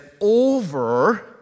over